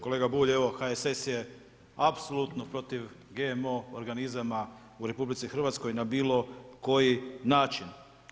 Kolega Bulj, evo HSS je apsolutno protiv GMO organizama u RH na bilo koji način.